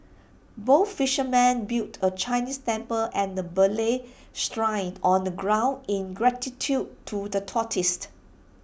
both fishermen built A Chinese temple and A Malay Shrine on the ground in gratitude to the